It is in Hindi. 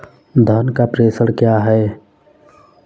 धन का प्रेषण क्या है?